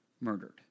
murdered